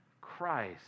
Christ